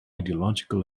ideological